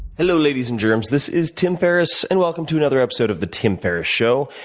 hello, ladies and germs. this is tim ferriss, and welcome to another episode of the tim ferriss show,